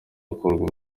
hakorwa